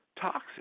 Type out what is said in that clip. toxic